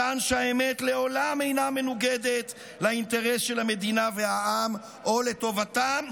מכאן שהאמת לעולם אינה מנוגדת לאינטרס של המדינה והעם או לטובתם.